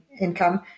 income